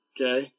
okay